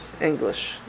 English